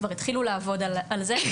כבר התחילו לעבוד על זה.